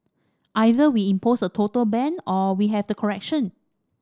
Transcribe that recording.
either we impose a total ban or we have to correction